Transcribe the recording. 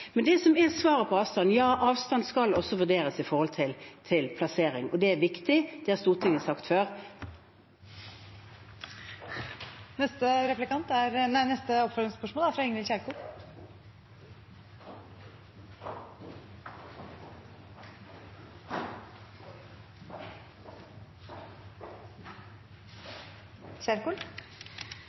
som er svaret på dette med avstand: Ja, avstand skal også vurderes når det gjelder plassering. Det er viktig, det har Stortinget sagt før. Ingvild Kjerkol – til oppfølgingsspørsmål. Bunadsgeriljaen rodde over Talgsjøen, fra